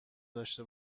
داشته